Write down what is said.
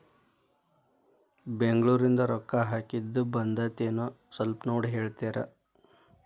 ಬೆಂಗ್ಳೂರಿಂದ ರೊಕ್ಕ ಹಾಕ್ಕಿದ್ದು ಬಂದದೇನೊ ಸ್ವಲ್ಪ ನೋಡಿ ಹೇಳ್ತೇರ?